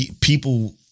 people